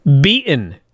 Beaten